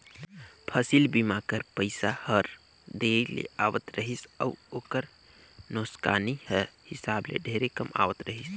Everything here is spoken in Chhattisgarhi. फसिल बीमा कर पइसा हर देरी ले आवत रहिस अउ ओकर नोसकानी कर हिसाब ले ढेरे कम आवत रहिस